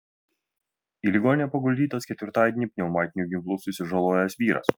į ligoninę paguldytas ketvirtadienį pneumatiniu ginklu susižalojęs vyras